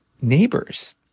neighbors